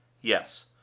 Yes